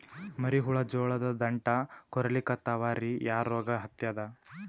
ಮರಿ ಹುಳ ಜೋಳದ ದಂಟ ಕೊರಿಲಿಕತ್ತಾವ ರೀ ಯಾ ರೋಗ ಹತ್ಯಾದ?